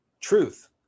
truth